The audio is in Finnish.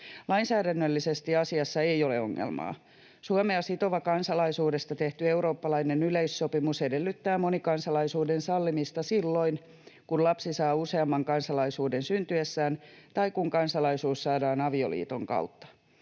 Lainsäädännöllisesti asiassa ei ole ongelmaa. Suomea sitova kansalaisuudesta tehty eurooppalainen yleissopimus edellyttää monikansalaisuuden sallimista silloin, kun lapsi saa useamman kansalaisuuden syntyessään tai kun kansalaisuus saadaan avioliiton kautta.